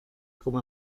como